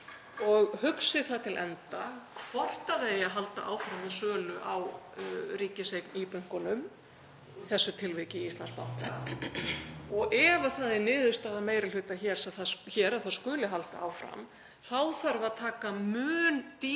og hugsi það til enda hvort það eigi að halda áfram með sölu á ríkiseign í bönkunum, í þessu tilviki Íslandsbanka. Og ef það er niðurstaða meiri hluta hér að það skuli halda áfram þá þarf að taka mun dýpri